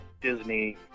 Disney